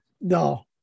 No